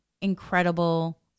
incredible